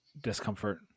discomfort